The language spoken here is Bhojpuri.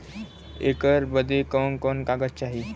ऐकर बदे कवन कवन कागज चाही?